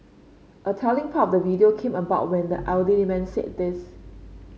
a telling part of the video came about when the elderly man said this